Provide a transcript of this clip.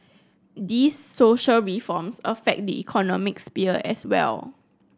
these social reforms affect the economic sphere as well